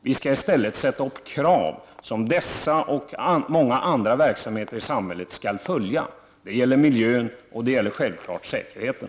Vi skall i stället föra fram krav som dessa och många andra verksamheter i samhället skall uppfylla. De gäller miljön och självklart säkerheten.